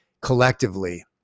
collectively